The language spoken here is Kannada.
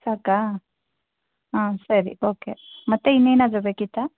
ಸಾಕಾ ಹಾಂ ಸರಿ ಓಕೆ ಮತ್ತೆ ಇನ್ನೇನಾದರೂ ಬೇಕಿತ್ತಾ